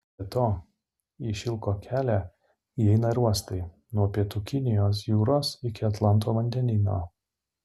be to į šilko kelią įeina ir uostai nuo pietų kinijos jūros iki atlanto vandenyno